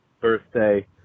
birthday